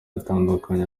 atandukanye